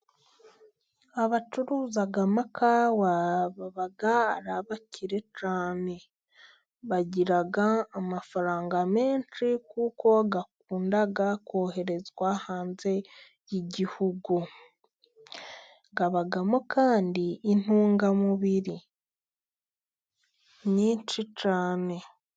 Abacuruza amakawa baba abakire cyane. Bagira amafaranga menshi kuko akunda koherezwa hanze y'igihugu abamo kandi intungamubiri nyinshi cyane.